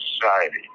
society